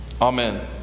Amen